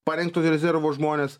parengtus rezervo žmones